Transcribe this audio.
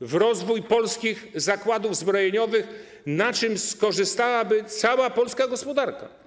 w rozwój polskich zakładów zbrojeniowych, na czym skorzystałaby cała polska gospodarka.